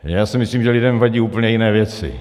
Já si myslím, že lidem vadí úplně jiné věci.